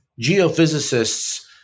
geophysicists